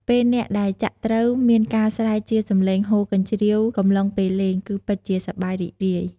ពេលអ្នកដែលចាក់ត្រូវមានការស្រែកជាសំឡេងហ៊ោកញ្ជ្រៀវកំឡុងពេលលេង គឺពិតជាសប្បាយរីករាយ។